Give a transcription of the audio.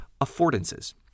affordances